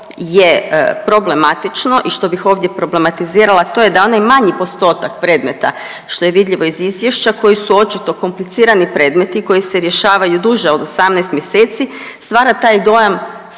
je problematično i što bih ovdje problematizirala to je da onaj manji postotak predmeta što je vidljivo iz izvješća koji su očito komplicirani predmeti, koji se rješavaju duže od 18 mjeseci stvara taj dojam